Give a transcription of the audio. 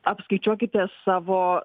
apskaičiuokite savo